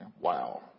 Wow